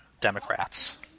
Democrats